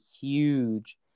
huge